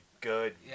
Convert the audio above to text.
good